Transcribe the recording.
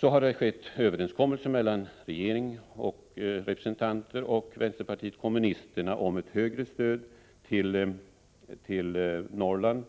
Så har en överenskommelse träffats mellan regeringens representanter och vänsterpartiet kommunisterna om ett högre stöd i pengar till Norrland.